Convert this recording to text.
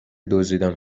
دزدیدن